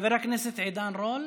חבר הכנסת עידן רול.